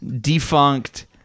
defunct